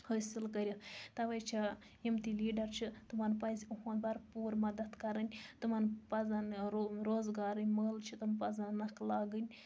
حٲصل کٔرِتھ تَوے چھ یِم تہِ لیٖڈر چھِ تِمَن پَزِ پوٗرٕ مَدَد کَرٕنۍ تمن پَزَن روزگارٕکۍ مٲلہٕ چھِ تم پَزنَکھ لاگٕنۍ